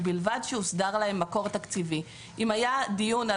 ובלבד שהוסדר להם מקור תקציבי," אם היה דיון על